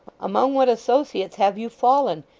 among what associates have you fallen?